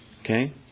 Okay